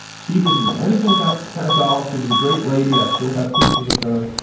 she didn't know anything about senegal. she was a great lady. i still have pictures of her.